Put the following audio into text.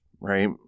right